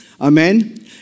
Amen